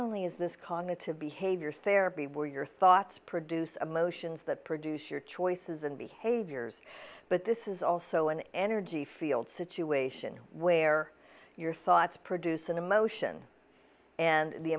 only is this conduit to behaviors therapy where your thoughts produce emotions that produce your choices and behaviors but this is also an energy field situation where your thoughts produce an emotion and the